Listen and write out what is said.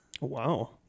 Wow